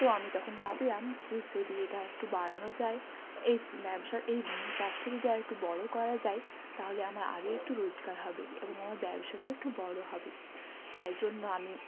তো আমি তখন ভাবলাম যে যদি এটা আরেকটু বাড়ানো যায় এই ব্যবসার এই চাষটা যদি আরেকটু বড়ো করা যায় তাহলে আমার আরও একটু রোজগার হবে এবং আমার ব্যবসাটাও একটু বড়ো হবে তাই জন্য আমি